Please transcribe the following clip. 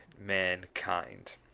mankind